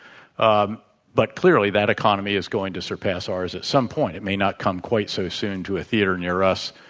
um but, clearly, that economy is going to surpass ours at some point. it may not come quite so soon to a theater near us,